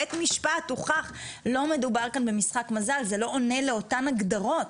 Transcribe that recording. שבבית המשפט הוכח שלא מדובר כאן במשחק מזל ושזה לא עונה לאותן הגדרות,